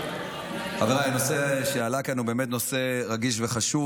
חבריי, הנושא שעלה כאן הוא באמת נושא רגיש וחשוב.